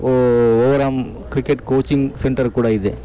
ಓ ಓವರಮ್ cricket coaching centre ಕೂಡ ಇದೆ